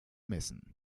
messen